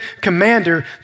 commander